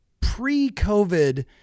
pre-COVID